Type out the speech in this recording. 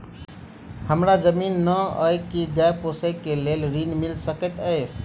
हमरा जमीन नै अई की गाय पोसअ केँ लेल ऋण मिल सकैत अई?